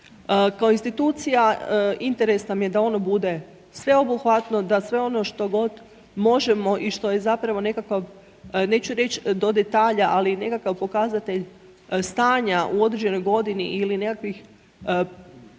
Kao institucija interes nam je da ono bude sveobuhvatno, da sve ono što god možemo i što je zapravo nekakav, neću reći do detalja, ali nekakav pokazatelj stanja u određenoj godini ili nekakvih prilika